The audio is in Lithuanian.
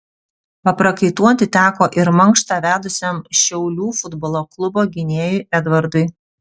paprakaituoti teko ir mankštą vedusiam šiaulių futbolo klubo gynėjui edvardui